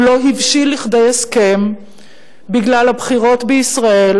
הוא לא הבשיל לכדי הסכם בגלל הבחירות בישראל